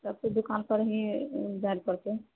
तब तऽ दुकान पर ही जाएके पड़तै